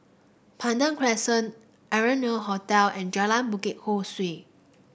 Pandan Crescent Arianna Hotel and Jalan Bukit Ho Swee